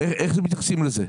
איך מתייחסים לזה?